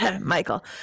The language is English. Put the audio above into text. michael